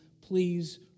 Please